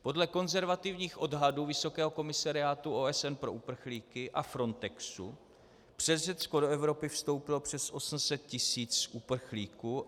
Podle konzervativních odhadů vysokého komisariátu OSN pro uprchlíky a Frontexu přes Řecko do Evropy vstoupilo přes 800 tisíc uprchlíků.